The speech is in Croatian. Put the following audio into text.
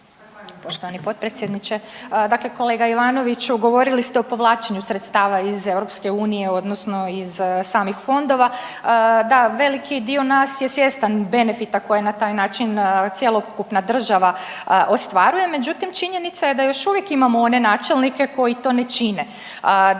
Hvala poštovani potpredsjedniče. Dakle, kolega Ivanoviću govorili ste o povlačenju sredstava iz EU odnosno iz samih fondova, da veliki dio nas je svjestan benefita koje na taj način cjelokupna država ostvaruje, međutim činjenica je da još uvijek imamo one načelnike koji to ne čine.